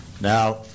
Now